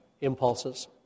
impulses